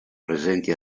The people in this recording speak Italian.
presenti